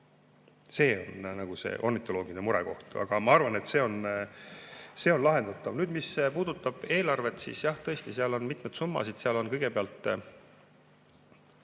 See on ornitoloogide murekoht, aga ma arvan, et see on lahendatav. Nüüd, mis puudutab eelarvet, siis jah, tõesti, seal on mitmeid summasid. Seal on kõigepealt